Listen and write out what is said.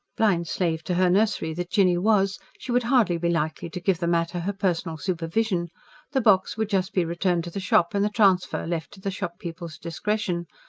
blind slave to her nursery that jinny was, she would hardly be likely to give the matter her personal supervision the box would just be returned to the shop, and the transfer left to the shop-people's discretion.